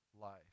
life